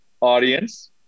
Audience